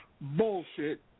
bullshit